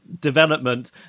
development